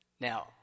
Now